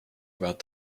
about